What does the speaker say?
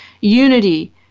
Unity